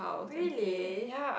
really